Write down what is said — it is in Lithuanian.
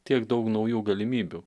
tiek daug naujų galimybių